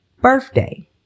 birthday